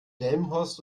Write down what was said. delmenhorst